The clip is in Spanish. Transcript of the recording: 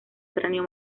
cráneo